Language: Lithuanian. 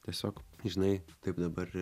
tiesiog žinai taip dabar